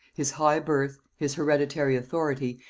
his high birth, his hereditary authority,